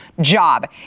job